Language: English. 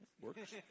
works